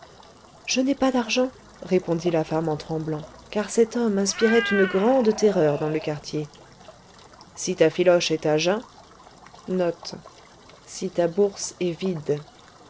je n'ai pas d'argent répondit la femme en tremblant car cet homme inspirait une grande terreur dans le quartier si ta filoche est à jeun